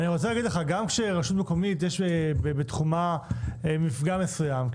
גם כאשר יש מפגע מסוים בתחום רשות מקומית,